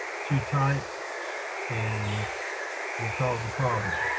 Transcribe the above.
too tight and will cause a problem.